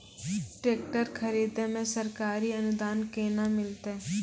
Tractor खरीदै मे सरकारी अनुदान केना मिलतै?